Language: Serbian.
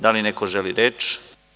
Da li neko želi reč?